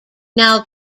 now